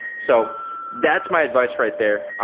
so that's my advice right there.